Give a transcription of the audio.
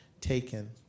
taken